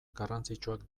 garrantzitsuak